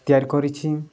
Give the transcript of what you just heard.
ତିଆରି କରିଛି